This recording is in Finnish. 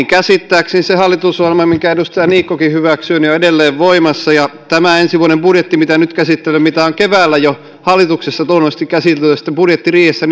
käsittääkseni se hallitusohjelma minkä edustaja niikkokin hyväksyi on edelleen voimassa ja ensi vuoden budjetti mitä nyt käsittelemme jota on jo keväällä hallituksessa luonnollisesti käsitelty ja sitten budjettiriihessä